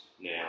now